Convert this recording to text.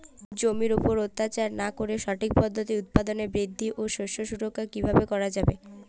জমির উপর অত্যাচার না করে সঠিক পদ্ধতিতে উৎপাদন বৃদ্ধি ও শস্য সুরক্ষা কীভাবে করা যাবে?